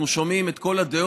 אנחנו שומעים את כל הדעות,